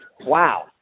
Wow